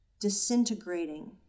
disintegrating